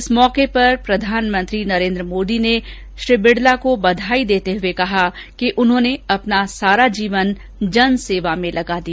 इस अवसर पर प्रधानमंत्री नरेन्द्र मोदी ने बिड़ला को बधाई देते हुए कहा कि उन्होंने अपना सारा जीवन जन सेवा में लगा दिया